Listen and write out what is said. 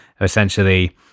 essentially